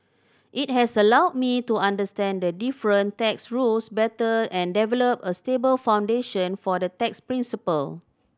it has allowed me to understand the different tax rules better and develop a stable foundation for the tax principle